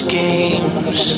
games